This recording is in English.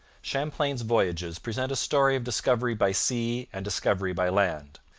champlain's voyages present a story of discovery by sea and discovery by land.